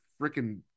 freaking